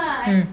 mm